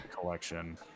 collection